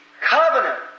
covenant